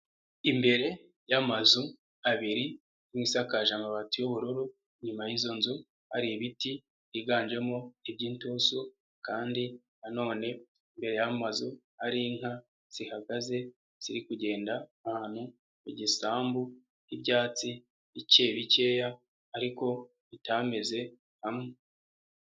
Imbere y'amazu abiri imwe isakaje amabati y'ubururu, inyuma y'izo nzu hari ibiti higanjemo iby'inturusu kandi nanone imbere y'amazu hari inka zihagaze ziri kugenda ahantu, igisambu h'ibyatsi bike bikeya ariko bitameze hamwe.